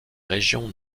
régions